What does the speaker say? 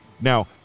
Now